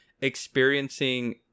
experiencing